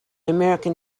american